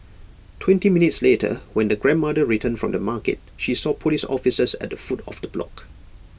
twenty minutes later when the grandmother returned from the market she saw Police officers at the foot of the block